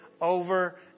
over